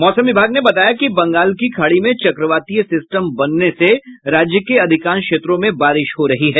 मौसम विभाग ने बताया कि बंगाल की खाड़ी में चक्रवातीय सिस्टम बनने से राज्य के अधिकांश क्षेत्रों में बारिश हो रही है